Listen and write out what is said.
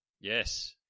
Yes